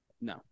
No